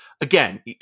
Again